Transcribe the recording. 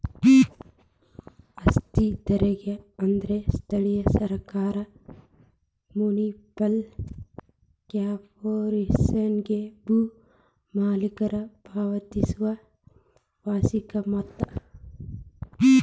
ಆಸ್ತಿ ತೆರಿಗೆ ಅಂದ್ರ ಸ್ಥಳೇಯ ಸರ್ಕಾರ ಮುನ್ಸಿಪಲ್ ಕಾರ್ಪೊರೇಶನ್ಗೆ ಭೂ ಮಾಲೇಕರ ಪಾವತಿಸೊ ವಾರ್ಷಿಕ ಮೊತ್ತ